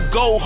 go